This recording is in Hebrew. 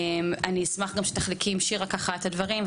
אני אשמח אם תחלקי בינך לבין שירה את הדברים,